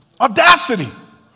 Audacity